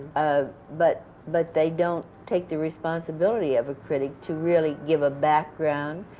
ah but but they don't take the responsibility of a critic to really give a background,